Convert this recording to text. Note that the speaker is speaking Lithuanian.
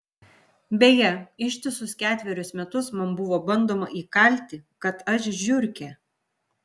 beje ištisus ketverius metus man buvo bandoma įkalti kad aš žiurkė